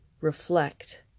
reflect